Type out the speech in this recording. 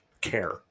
care